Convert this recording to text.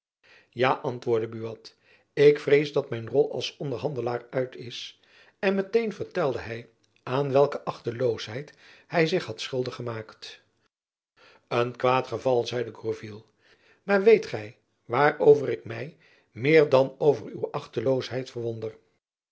ja antwoordde buat ik vrees dat mijn rol als onderhandelaar uit is en met-een vertelde hy aan welke achteloosheid hy zich had schuldig gemaakt een kwaad geval zeide gourville maar weet gy waarover ik my meer dan over uw achteloosheid verwonder